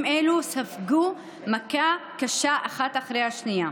אלו ספגו מכה קשה אחת אחרי השנייה.